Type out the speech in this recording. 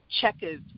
checkers